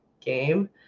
game